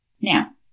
Now